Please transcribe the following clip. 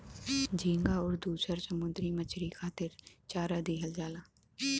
झींगा आउर दुसर समुंदरी मछरी खातिर चारा दिहल जाला